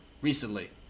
recently